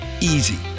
Easy